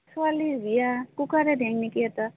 ছোৱালীৰ বিয়া কুকাৰ দেং নেকি এটা